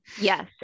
Yes